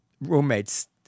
roommates